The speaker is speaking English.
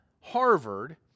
Harvard